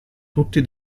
tutti